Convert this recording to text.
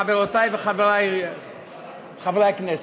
חברותי וחברי חברי הכנסת,